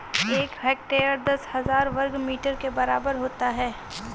एक हेक्टेयर दस हज़ार वर्ग मीटर के बराबर होता है